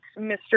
Mr